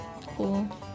cool